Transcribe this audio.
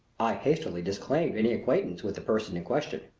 i hastily disclaimed any acquaintance with the person in question.